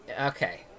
Okay